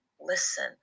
listen